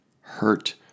hurt